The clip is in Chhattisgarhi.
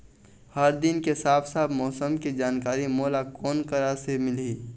हर दिन के साफ साफ मौसम के जानकारी मोला कोन करा से मिलही?